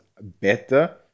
better